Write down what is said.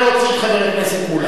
החוץ שלו, חבר הכנסת מולה,